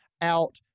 out